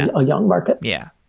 a young market. yeah.